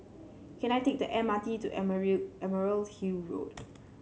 can I take the M R T to Emerald Hill Road